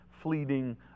fleeting